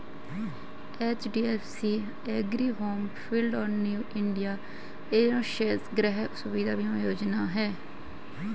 HDFC Ergo Home Shield और New India Insurance गृह सुविधा बीमा योजनाएं हैं